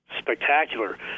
spectacular